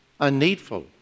unneedful